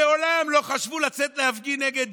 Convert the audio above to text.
הם מעולם לא חשבו לצאת להפגין נגד